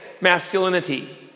masculinity